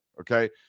Okay